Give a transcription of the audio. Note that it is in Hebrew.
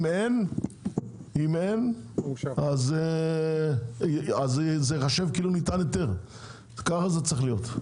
אם אין זה ייחשב כאילו- -- ככה זה צריך להיות.